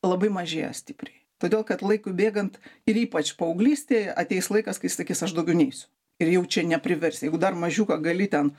labai mažėja stipriai todėl kad laikui bėgant ir ypač paauglystėj ateis laikas kai jis sakys aš daugiau neisiu ir jau čia nepriversi jeigu dar mažiuką gali ten